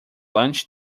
launch